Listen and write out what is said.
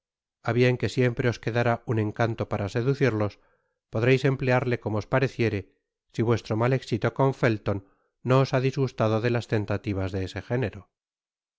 bien que siempre os quedará un encanto para seducirlos podeis emplearle como os pareciere si vuestro mal éxito con felton no os ha disgustado de las tentativas de ese género